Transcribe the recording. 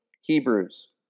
Hebrews